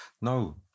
No